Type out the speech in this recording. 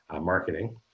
marketing